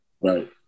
Right